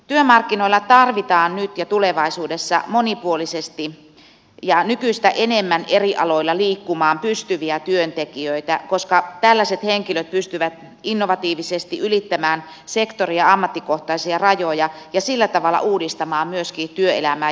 työmarkkinoilla tarvitaan nyt ja tulevaisuudessa monipuolisia ja nykyistä enemmän eri aloilla liikkumaan pystyviä työntekijöitä koska tällaiset henkilöt pystyvät innovatiivisesti ylittämään sektori ja ammattikohtaisia rajoja ja sillä tavalla uudistamaan myöskin työelämää ja yhteiskuntaa